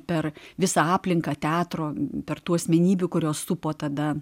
per visą aplinką teatro per tų asmenybių kurios supo tada